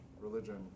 religion